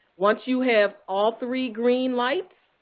once you have all three green lights,